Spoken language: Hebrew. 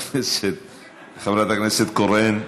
חברת הכנסת קורן,